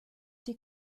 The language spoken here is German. die